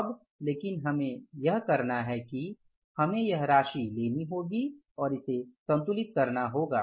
अब लेकिन हमें यह करना है कि हमें यह राशि लेनी होगी और इसे संतुलित करना होगा